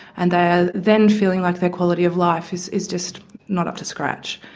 and they are then feeling like their quality of life is is just not up to scratch.